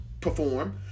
perform